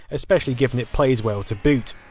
especially given it plays well to boot.